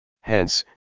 Hence